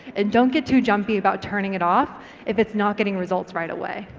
and don't get too jumpy about turning it off if it's not getting results right away.